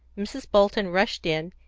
mrs. bolton rushed in,